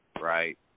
right